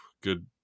good